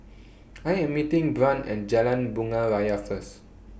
I Am meeting Brant and Jalan Bunga Raya First